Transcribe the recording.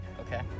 okay